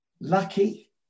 Lucky